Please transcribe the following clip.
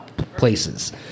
places